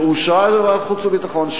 שאושרה על-ידי ועדת חוץ וביטחון,